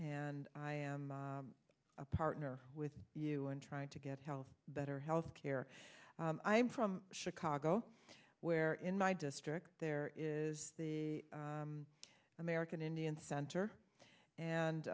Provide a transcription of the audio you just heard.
and i am a partner with you in trying to get health better health care i am from chicago where in my district there is the american indian center and